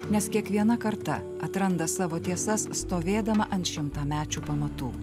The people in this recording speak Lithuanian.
nes kiekviena karta atranda savo tiesas stovėdama ant šimtamečių pamatų